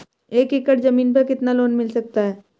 एक एकड़ जमीन पर कितना लोन मिल सकता है?